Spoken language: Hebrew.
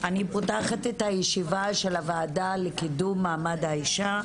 אני פותחת את הישיבה של הוועדה לקידום מעמד האישה,